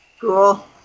Cool